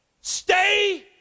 stay